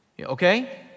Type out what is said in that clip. okay